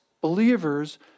believers